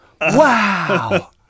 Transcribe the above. Wow